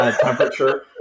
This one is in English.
temperature